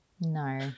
No